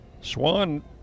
Swan